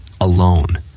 alone